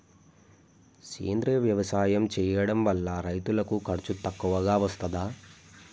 సేంద్రీయ వ్యవసాయం చేయడం వల్ల రైతులకు ఖర్చు తక్కువగా వస్తదా?